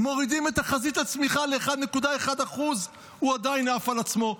מורידים את תחזית הצמיחה ל-1.1% - הוא עדיין עף על עצמו.